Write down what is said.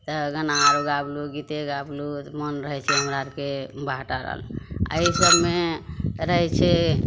तऽ गाना आरू गायलहुॅं गीते गायलहुॅं मोन रहै छै हमरा आरके बहटारल आएहि सभमे रहै छै